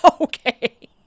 Okay